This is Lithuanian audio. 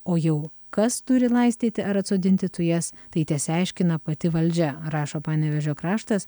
o jau kas turi laistyti ar atsodinti tujas tai tesiaiškina pati valdžia rašo panevėžio kraštas